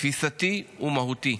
תפיסתי ומהותי.